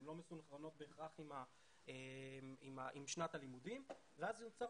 הן לא מסונכרנות בהכרח עם שנת הלימודים ואז נוצרת